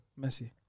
Messi